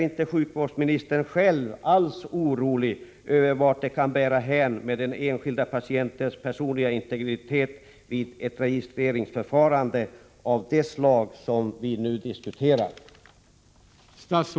inte sjukvårdsministern alls orolig över vart det kan bära hän med den enskilde patientens personliga integritet vid ett registreringsförfarande av det slag som vi diskuterar?